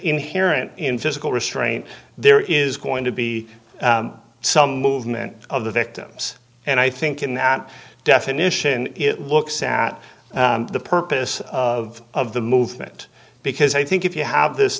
inherent in physical restraint there is going to be some movement of the victims and i think in that definition it looks at the purpose of of the movement because i think if you have this